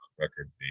records